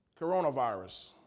coronavirus